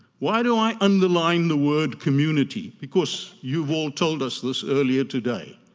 why do i underline the word community? because you all told us this earlier today.